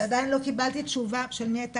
עדיין לא קיבלתי תשובה של מי הייתה